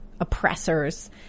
oppressors